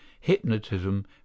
hypnotism